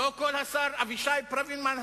לא קול השר אבישי ברוורמן,